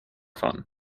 fun